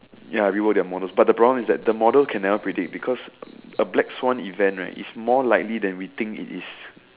ya rework their models but the problem is that the model can never predict because um a black Swan event right is more likely than we think it is